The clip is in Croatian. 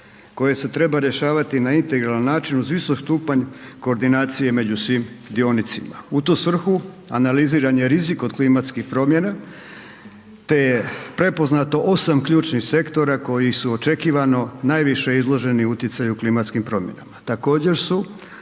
koje se treba rješavati na integralan način uz visok stupanj koordinacije među svim dionicima. U tu svrhu analiziran je rizik od klimatskih promjena te je prepoznato 8 ključnih sektora koji su očekivano najviše izloženi utjecaju klimatskim promjenama.